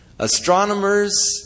Astronomers